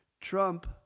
Trump